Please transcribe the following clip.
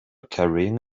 carrying